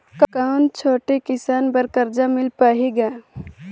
कौन छोटे किसान बर कर्जा मिल पाही ग?